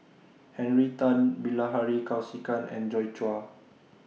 Henry Tan Bilahari Kausikan and Joi Chua